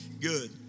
good